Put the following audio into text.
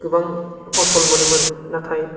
गोबां फसल मोनोमोन नाथाय